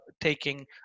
taking